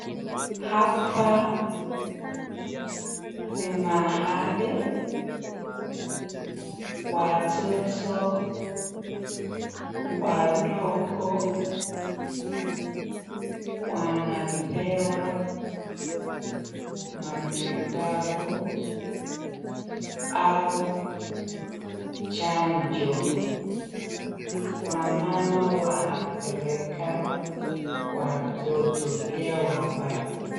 Hapa ni mahali watoto wadogo wanapewa matibabu au chanjo, Wamama wanapeleka watoto pia wababa.